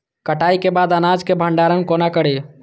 कटाई के बाद अनाज के भंडारण कोना करी?